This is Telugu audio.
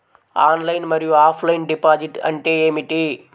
ఆన్లైన్ మరియు ఆఫ్లైన్ డిపాజిట్ అంటే ఏమిటి?